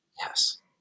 Yes